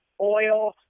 oil